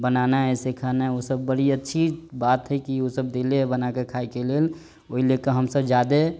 बनाना हइ ऐसे खाना हइ ओसभ बड़ी अच्छी बात हइ कि ओसभ देले हइ बना कऽ खायके लेल ओहि लऽ कऽ हमसभ ज्यादे